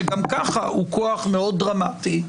שגם ככה הוא כוח מאוד דרמטי.